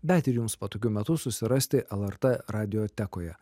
bet ir jums patogiu metu susirasti lrt radiotekoje